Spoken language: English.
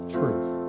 truth